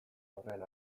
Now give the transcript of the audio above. horren